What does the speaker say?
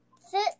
Sit